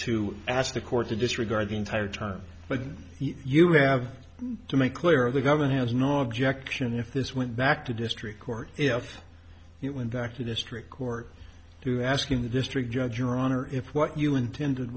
to ask the court to disregard the entire term but you have to make clear the government has no objection if this went back to district court if it went back to district court to asking the district judge your honor if what you intended